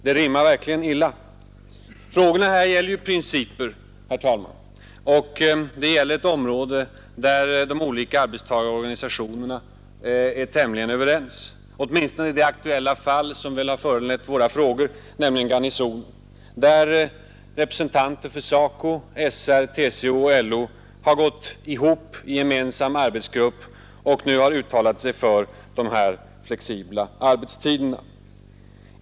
Det gäller ju här principer, herr talman, och det gäller ett område där de olika arbetstagarorganisationerna är tämligen överens, åtminstone i det aktuella fall som har föranlett våra frågor, nämligen Garnisonen. Där har representanter för SACO, SR, TCO och LO gått ihop i en gemensam arbetsgrupp, som har uttalat sig för de flexibla arbetstiderna.